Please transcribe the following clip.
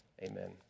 Amen